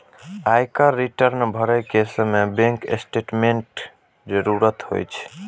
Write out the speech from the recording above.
आयकर रिटर्न भरै के समय बैंक स्टेटमेंटक जरूरत होइ छै